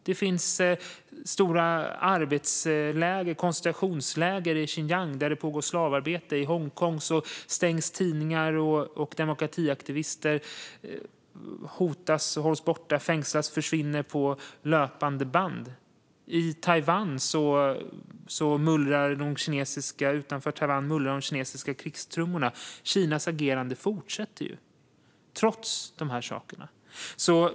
Det finns stora arbetsläger, koncentrationsläger, i Xinjiang där det pågår slavarbete. I Hongkong stängs tidningar och demokratiaktivister hotas, hålls borta, fängslas och försvinner på löpande band. Utanför Taiwan mullrar de kinesiska krigstrummorna. Kinas agerande fortsätter ju, trots de här sakerna.